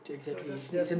so just yes